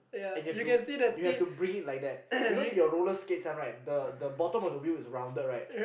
and you have to you have to bring it like that you know your roller skates one right the the bottom of the wheel is rounded right